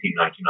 1999